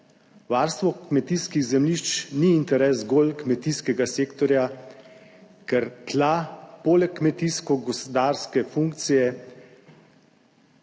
Varstvo kmetijskih zemljišč ni interes zgolj kmetijskega sektorja, ker tla poleg kmetijsko-gozdarske funkcije